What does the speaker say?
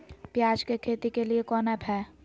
प्याज के खेती के लिए कौन ऐप हाय?